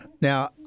Now—